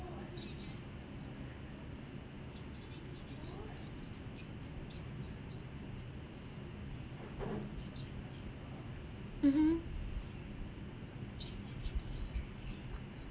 mmhmm